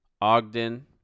Ogden